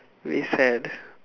very sad